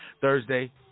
thursday